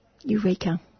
Eureka